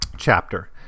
Chapter